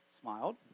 smiled